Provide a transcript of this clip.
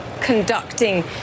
conducting